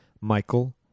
Michael